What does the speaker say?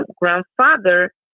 grandfather